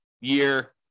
year